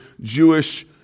Jewish